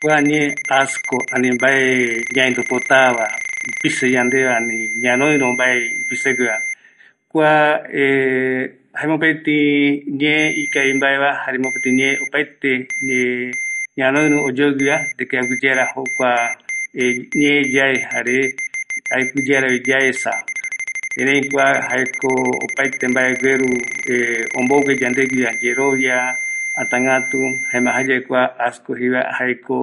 Jare ou amovecepe ou täta mbae ipise yande guɨiramɨipeguaiño ipise jare ou jajɨkatuesa jare pɨsɨiesa mbaere ñamae ou amovecepe jukurai ñamaeno ou amovecepe mbae ñaetu kavia esa jaema ou guɨramɨipeguaiño mbae yaeno jaema oiko jokua yande ndie